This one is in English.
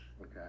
Okay